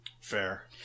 Fair